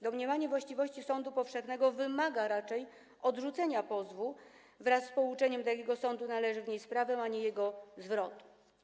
Domniemanie właściwości sądu powszechnego wymaga raczej odrzucenia pozwu wraz z pouczeniem takiego sądu, że należy wnieść sprawę, a nie jego zwrotu.